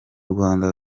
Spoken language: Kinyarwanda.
rwanda